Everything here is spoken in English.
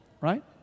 Right